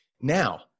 Now